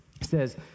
says